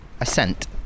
Ascent